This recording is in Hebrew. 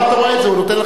הוא נותן לך קומפלימנט.